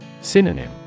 Synonym